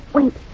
Wait